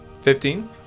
Fifteen